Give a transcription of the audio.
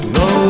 no